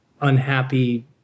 unhappy